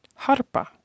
Harpa